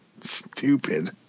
Stupid